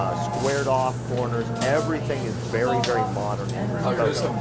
ah squared off corners, everything is very, very modern in this coach.